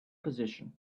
position